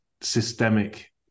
systemic